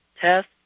test